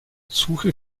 suche